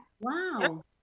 wow